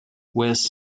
west